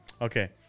Okay